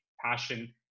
passion